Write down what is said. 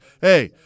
Hey